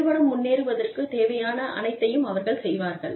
நிறுவனம் முன்னேறுவதற்குத் தேவையான அனைத்தையும் அவர்கள் செய்வார்கள்